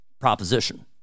proposition